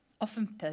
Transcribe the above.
Often